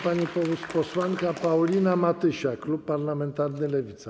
Pani posłanka Paulina Matysiak, klub parlamentarny Lewica.